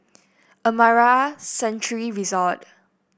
Amara Sanctuary Resort